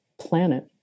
planet